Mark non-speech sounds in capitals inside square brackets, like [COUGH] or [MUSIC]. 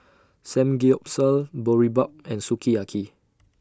Samgeyopsal Boribap and Sukiyaki [NOISE]